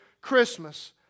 Christmas